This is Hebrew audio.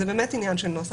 זה באמת עניין של נוסח.